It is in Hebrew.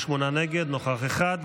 נגד, נוכח אחד.